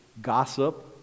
gossip